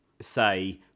say